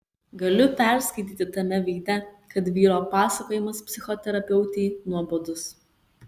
galiu perskaityti tame veide kad vyro pasakojimas psichoterapeutei nuobodus